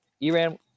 Iran